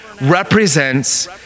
represents